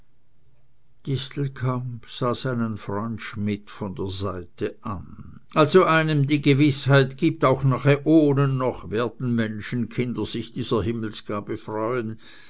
sah seinen freund schmidt von der seite her an also einem die gewißheit gibt auch nach äonen noch werden menschenkinder sich dieser himmelsgabe freuen